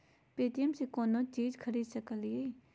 Paytm से कौनो चीज खरीद सकी लिय?